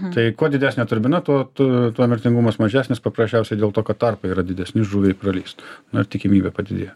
tai kuo didesnė turbina tuo tu tuo mirtingumas mažesnis paprasčiausiai dėl to kad tarpai yra didesni žuviai pralįst na ir tikimybė padidėja